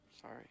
sorry